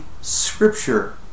Scripture